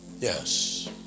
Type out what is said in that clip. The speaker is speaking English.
Yes